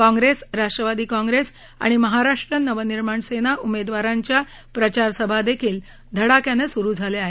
काँग्रेस राष्ट्रवादी काँग्रेस आणि महाराष्ट्र नवनिर्माण सेना उमेदवारांच्या प्रचारसभाही धडाक्याने सुरु झाल्या आहेत